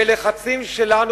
בלחצים שלנו,